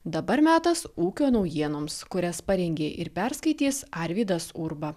dabar metas ūkio naujienoms kurias parengė ir perskaitys arvydas urba